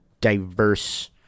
diverse